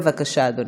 בבקשה, אדוני.